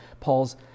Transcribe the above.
Paul's